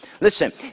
Listen